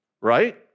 right